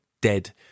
dead